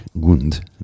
Gund